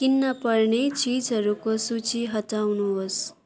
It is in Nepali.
किन्नपर्ने चिजहरूको सूची हटाउनुहोस्